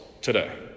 today